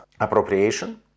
appropriation